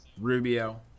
Rubio